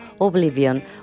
oblivion